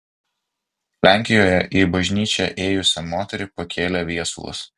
lenkijoje į bažnyčią ėjusią moterį pakėlė viesulas